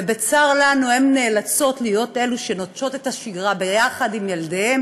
ובצר לנו הן נאלצות להיות אלו שנוטשות את השגרה ביחד עם ילדיהן